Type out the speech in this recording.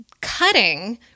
cutting